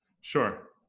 Sure